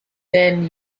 then